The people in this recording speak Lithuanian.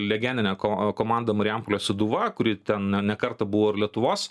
legendinė ko komanda marijampolės sūduva kuri ten ne kartą buvo ir lietuvos